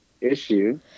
issue